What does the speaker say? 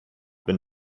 been